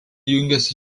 jungiasi